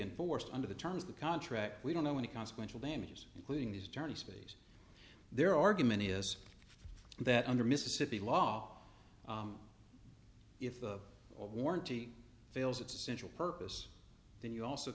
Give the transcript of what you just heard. enforced under the terms of the contract we don't know any consequential damages including these journeys their argument is that under mississippi law if the warranty fails it's essential purpose then you also